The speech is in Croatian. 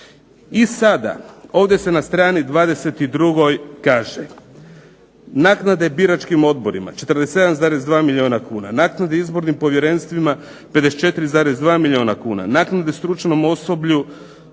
I sada, ovdje se na strani 22. kaže naknade biračkim odborima 47,2 milijuna kuna, naknade izbornim povjerenstvima 54,2 milijuna kuna, naknade stručnom osoblju,